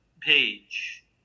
page